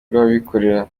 rw’abikorera